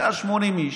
180 איש,